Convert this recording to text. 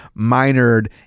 minored